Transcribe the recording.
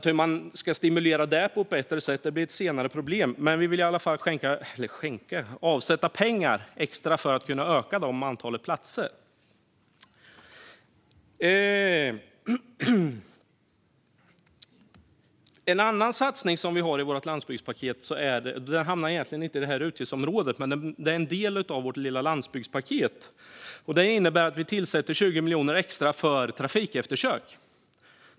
Hur man ska stimulera det på ett bättre sätt blir ett senare problem, men vi vill i alla fall avsätta extra pengar för att kunna öka antalet platser. En annan satsning som vi har i vårt landsbygdspaket hamnar egentligen inte i detta utgiftsområde, men den är en del av vårt lilla landsbygdspaket. Den innebär att vi avsätter 20 miljoner extra för trafikeftersök.